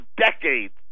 decades